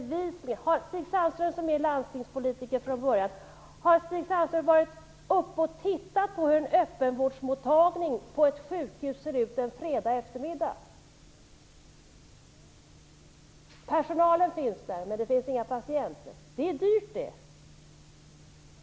Stig Sandström är landstingspolitiker från början. Har Stig Sandström sett hur en öppenvårdsmottagning på ett sjukhus ser ut en fredagseftermiddag? Personalen finns där, men det finns inga patienter. Det är dyrt det.